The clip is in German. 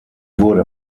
wurde